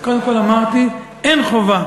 אז קודם כול, אמרתי: אין חובה.